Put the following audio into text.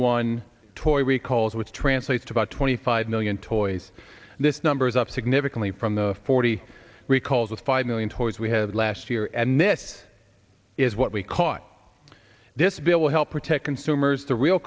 one toy recalls which translates to about twenty five million toys this number is up significantly from the forty recalls of five million toys we had last year and this is what we caught this bill will help protect consumers the real